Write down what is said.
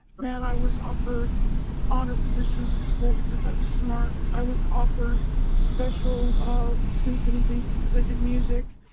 man, i was offered honor positions in school because i was smart. i was offered special um symphony things because i did music,